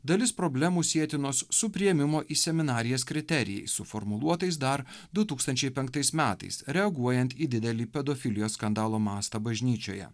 dalis problemų sietinos su priėmimo į seminarijas kriterijais suformuluotais dar du tūkstančiai penktais metais reaguojant į didelį pedofilijos skandalo mastą bažnyčioje